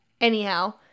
anyhow